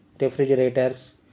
refrigerators